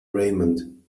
raymond